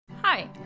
Hi